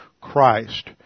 Christ